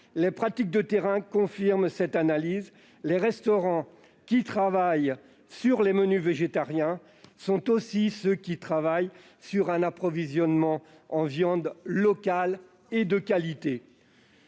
Les pratiques de terrain confirment cette analyse : les restaurants qui proposent des menus végétariens sont aussi ceux qui travaillent à un approvisionnement en viande locale et de qualité.